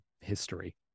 history